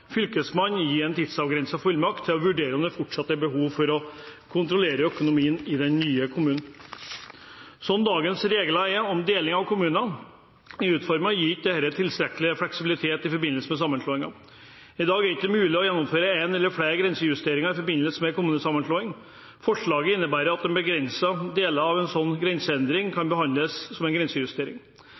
Fylkesmannen gir en tidsavgrenset fullmakt til å vurdere om det fortsatt er behov for å kontrollere økonomien i den nye kommunen. Slik dagens regler om deling av kommuner er utformet, gis det ikke tilstrekkelig fleksibilitet i forbindelse med sammenslåing. Det er i dag ikke mulig å gjennomføre en eller flere grensejusteringer i forbindelse med kommunesammenslåing. Forslaget innebærer at begrensede deler av en slik grenseendring kan behandles som en grensejustering.